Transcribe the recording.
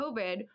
COVID